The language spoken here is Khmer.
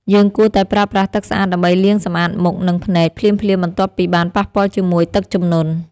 យើងគួរតែប្រើប្រាស់ទឹកស្អាតដើម្បីលាងសម្អាតមុខ និងភ្នែកភ្លាមៗបន្ទាប់ពីបានប៉ះពាល់ជាមួយទឹកជំនន់។